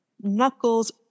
knuckles